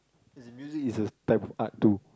as in music is a type of art too